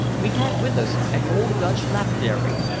we had with us an old dutch lapidary,